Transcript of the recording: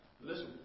Listen